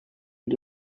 you